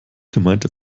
gemeinte